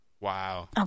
Wow